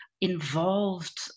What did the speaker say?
involved